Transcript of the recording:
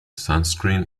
sunscreen